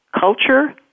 culture